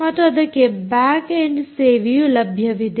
ಮತ್ತು ಅದಕ್ಕೆ back end ಸೇವೆಯು ಲಭ್ಯವಿದೆ